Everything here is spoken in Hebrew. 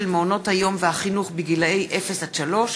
מעונות היום והחינוך לגילאי אפס עד שלוש,